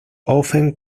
often